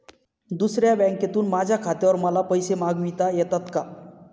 दुसऱ्या बँकेतून माझ्या खात्यावर मला पैसे मागविता येतात का?